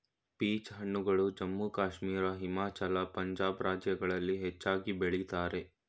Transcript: peach ಹಣ್ಣುಗಳು ಜಮ್ಮು ಕಾಶ್ಮೀರ, ಹಿಮಾಚಲ, ಪಂಜಾಬ್ ರಾಜ್ಯಗಳಲ್ಲಿ ಹೆಚ್ಚಾಗಿ ಬೆಳಿತರೆ